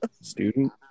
student